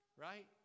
right